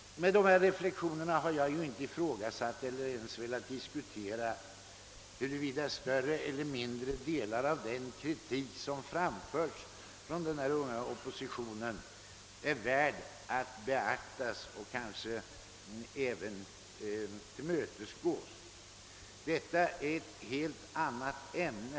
Med dessa reflexioner har jag inte ifrågasatt eller ens diskuterat, huruvida större eller mindre delar av den kritik som framförts från den unga oppositionen är värd att diskutera och kanske även tillmötesgå. Detta är ett helt annat ämne.